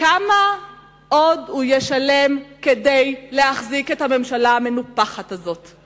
כמה עוד הוא ישלם כדי להחזיק את הממשלה המנופחת הזאת,